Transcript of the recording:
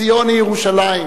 ציון היא ירושלים.